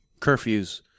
Curfews